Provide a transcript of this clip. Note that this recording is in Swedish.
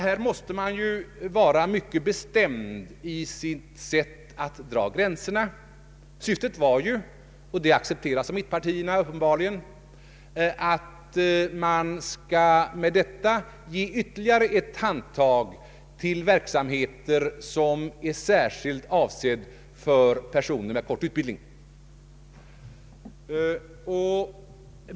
Man måste ju här vara mycket bestämd när det gäller att dra gränserna. Syftet är ju — och detta accepteras uppenbarligen av mittenpartierna — att man med detta bidrag skall ge ytterligare ett handtag till verksamheter som är särskilt avsedda för personer med låg utbildning.